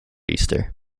easter